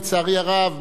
לצערי הרב,